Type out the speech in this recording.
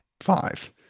five